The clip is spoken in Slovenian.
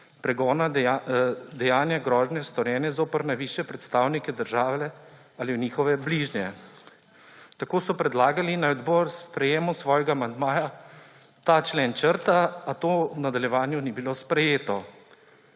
pregona dejanja grožnje, storjene zoper najvišje predstavnike države ali njihove bližnje. Tako so predlagali, naj odbor v sprejetju svojega amandmaja ta člen črta, a to v nadaljevanju ni bilo sprejeto.